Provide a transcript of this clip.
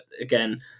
again